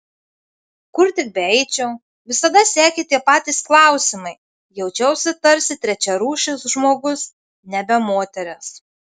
kur tik beeičiau visada sekė tie patys klausimai jaučiausi tarsi trečiarūšis žmogus nebe moteris